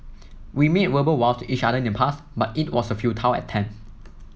we made verbal vows to each other in the past but it was a futile attempt